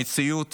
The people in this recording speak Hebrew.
המציאות